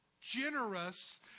generous